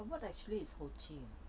what actually is hoji